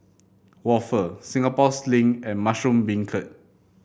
waffle Singapore Sling and Mushroom Beancurd